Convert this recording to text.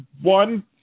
one